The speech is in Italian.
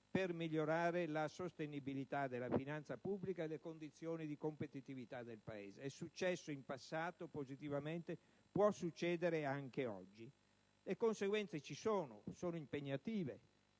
per migliorare la sostenibilità della finanza pubblica e le condizioni di competitività del Paese. È successo in passato positivamente: può succedere anche oggi. Le conseguenze ci sono, e sono impegnative.